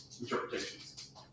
interpretations